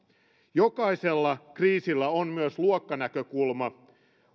jokaisella kriisillä on myös luokkanäkökulma